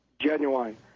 genuine